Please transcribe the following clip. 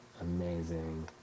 Amazing